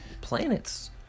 planets